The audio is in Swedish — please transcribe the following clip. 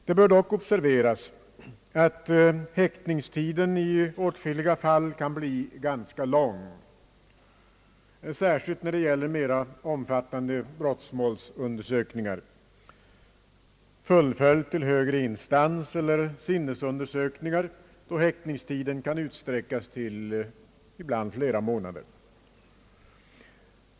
Man bör emellertid observera att häktningstiden i åtskilliga fall kan bli ganska lång — när det gäller mer omfattande brottsmålsundersökningar, fullföljd till högre instans eller sinnesundersökningar kan häktningstiden ibland utsträckas till flera månader.